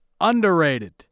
underrated